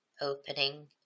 opening